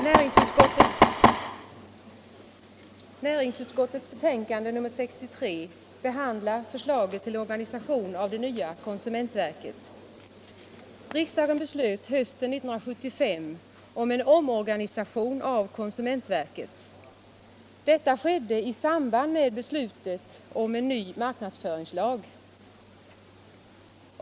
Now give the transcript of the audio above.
Herr talman! Näringsutskottets betänkande nr 63 behandlar förslaget till organisation av det nya konsumentverket. Riksdagen beslöt hösten 1975 om en omorganisation av konsumentverket. Detta skedde i samband med beslutet om en ny marknadsföringslag.